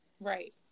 right